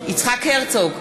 יצחק הרצוג,